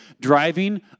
Driving